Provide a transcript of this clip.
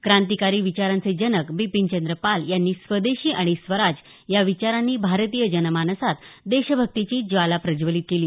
क्रांतिकारी विचारांचे जनक बिपिन चंद्र पाल यांनी स्वदेशी आणि स्वराज या विचारांनी भारतीय जनमानसात देशभक्तीची ज्वाला प्रज्वलित केली